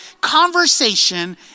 conversation